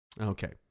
okay